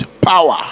power